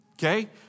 Okay